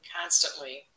constantly